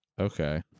Okay